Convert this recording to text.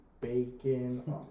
bacon